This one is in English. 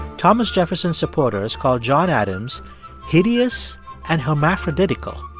thomas jefferson's supporters called john adams hideous and hermaphroditical.